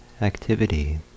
activity